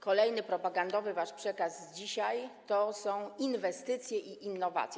Kolejny propagandowy wasz przekaz z dzisiaj to są inwestycje i innowacje.